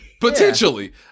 Potentially